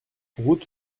route